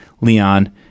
Leon